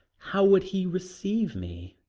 how would he receive me?